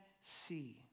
see